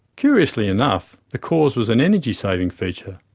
curiously enough, the cause was an energy saving feature.